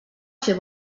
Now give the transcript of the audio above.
fer